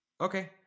Okay